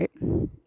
right